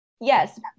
yes